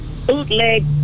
bootleg